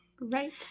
right